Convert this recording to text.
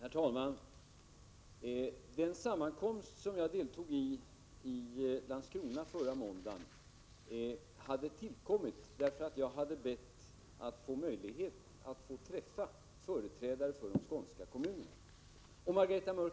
Herr talman! Den sammankomst som jag deltog i förra måndagen i Landskrona tillkom därför att jag hade bett att få möjlighet att träffa företrädare för de skånska kommunerna.